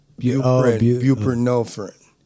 Buprenorphine